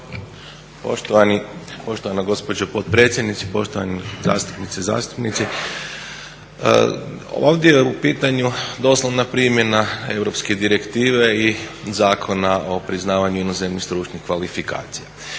Vedran** Poštovana gospođo potpredsjednice, poštovane zastupnice i zastupnici. Ovdje je u pitanju doslovna primjena europske direktive i Zakona o priznavanju inozemnih stručnih kvalifikacija.